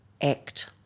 act